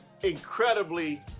incredibly